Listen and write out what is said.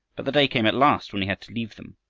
but the day came at last when he had to leave them,